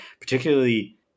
particularly